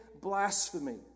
blasphemy